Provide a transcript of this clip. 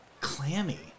clammy